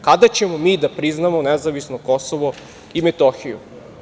Kada ćemo mi da priznamo nezavisno Kosovo i Metohiju?